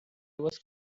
was